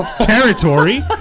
territory